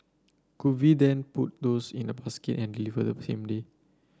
could we then put those in a basket and deliver the same day